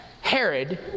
Herod